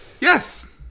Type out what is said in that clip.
Yes